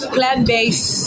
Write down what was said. Plant-based